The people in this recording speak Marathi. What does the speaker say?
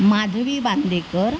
माधवी बांदेकर